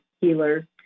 healer